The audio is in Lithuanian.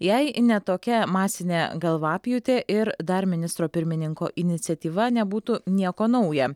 jei ne tokia masinė galvapjūtė ir dar ministro pirmininko iniciatyva nebūtų nieko nauja